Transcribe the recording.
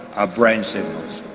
our brain signals.